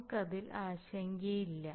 നമുക്ക് അതിൽ ആശങ്കയില്ല